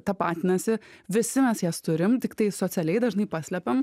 tapatinasi visi mes jas turim tiktai socialiai dažnai paslepiam